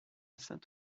saint